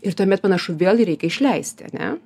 ir tuomet panašu vėl jį reikia išleisti ane